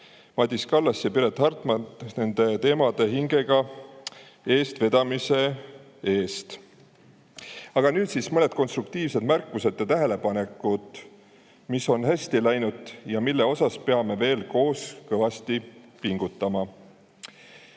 Madis Kallas ja Piret Hartman, nende teemade hingega eestvedamise eest! Aga nüüd mõned konstruktiivsed märkused ja tähelepanekud, mis on hästi läinud ja mille nimel peame veel koos kõvasti pingutama.